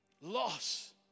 Loss